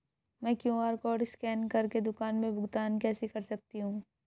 मैं QR code scan कर के दुकान में भुगतान कैसे कर सकती हूँ?